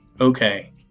Okay